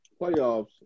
playoffs